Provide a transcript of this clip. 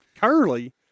Curly